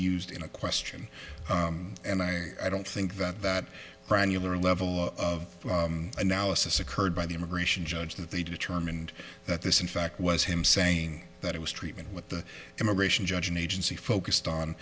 used in a question and i don't think that that granular level of analysis occurred by the immigration judge that they determined that this in fact was him saying that it was treatment with the immigration judge an agency focused on